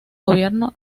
gobierno